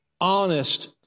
honest